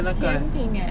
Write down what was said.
甜品 eh